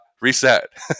reset